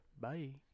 Bye